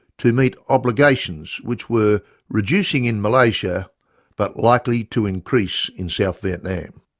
to meet obligations which were reducing in malaysia but likely to increase in south vietnam.